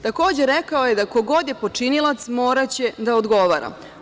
Takođe, rekao je ko god je počinilac moraće da odgovara.